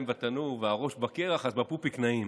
בתנור והראש בקרח אז בפופיק נעים.